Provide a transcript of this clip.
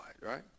right